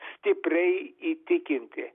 stipriai įtikinti